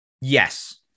yes